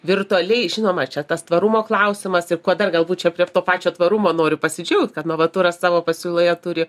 virtualiai žinoma čia tas tvarumo klausimasir kuo dar galbūt čia prie to pačio tvarumo noriu pasidžiaugt kad novaturas savo pasiūloje turi